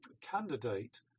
candidate